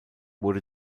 wurde